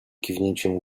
kiwnięciem